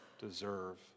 deserve